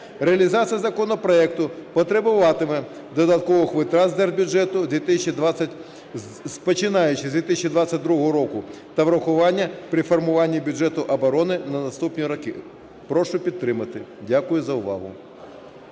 Реалізація законопроекту потребуватиме додаткових витрат з держбюджету, починаючи з 2022 року, та врахування при формуванні бюджету оборони на наступні роки. Прошу підтримати. Дякую за увагу.